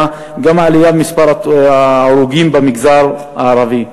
היא העלייה במספר ההרוגים במגזר הערבי.